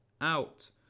out